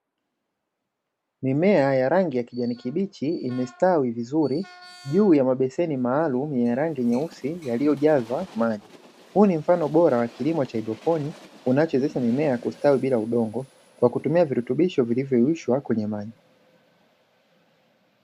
Mimea ya rangi ya kijani kibichi imestawi vizuri juu ya mabeseni maalumu ya rangi nyeusi yaliyojazwa maji, huu ni mfano bora wa kilimo cha haidroponi unaowezesha mimea kustawi bila udongo kwa kutumia virutubisho vilivyoyeyushwa kwenye maji.